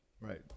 Right